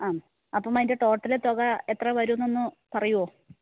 ആം അപ്പം അതിന്റെ ടോട്ടല് തുക എത്ര വരുമെന്ന് ഒന്ന് പറയുമോ